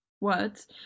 Words